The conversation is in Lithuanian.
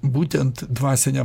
būtent dvasinia